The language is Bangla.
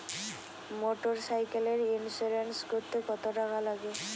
মোটরসাইকেলের ইন্সুরেন্স করতে কত টাকা লাগে?